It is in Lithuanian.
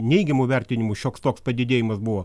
neigiamų vertinimų šioks toks padidėjimas buvo